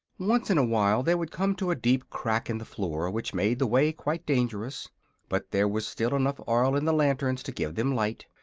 once in a while they would come to a deep crack in the floor, which made the way quite dangerous but there was still enough oil in the lanterns to give them light,